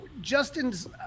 Justin's